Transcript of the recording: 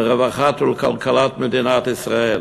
לרווחת ולכלכלת מדינת ישראל.